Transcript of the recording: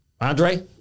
Andre